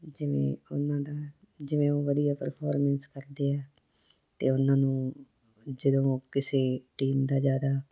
ਜਿਵੇਂ ਉਹਨਾਂ ਦਾ ਜਿਵੇਂ ਉਹ ਵਧੀਆ ਪਰਫੋਰਮੈਂਸ ਕਰਦੇ ਹੈ ਅਤੇ ਉਹਨਾਂ ਨੂੰ ਜਦੋਂ ਕਿਸੇ ਟੀਮ ਦਾ ਜ਼ਿਆਦਾ